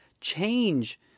change